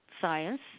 science